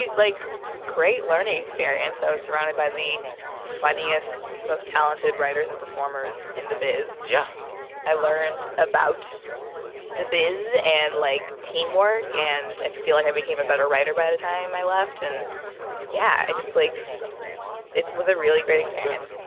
like great learning experience. i was surrounded by the funniest, most talented writers and performers in the biz yeah i learned about the biz and, like, teamwork. and i feel like i became a better writer by the time i left. and yeah, i just, like it was a really great experience